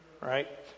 right